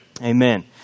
Amen